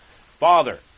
Father